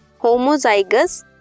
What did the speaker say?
homozygous